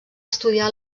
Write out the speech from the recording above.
estudiar